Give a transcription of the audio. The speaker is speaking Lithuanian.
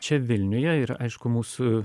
čia vilniuje ir aišku mūsų